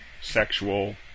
sexual